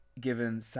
given